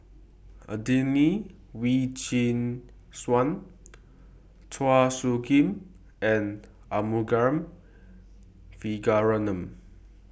Adelene Wee Chin Suan Chua Soo Khim and Arumugam Vijiaratnam